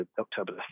October